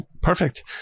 Perfect